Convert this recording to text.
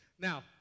Now